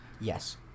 Yes